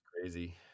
crazy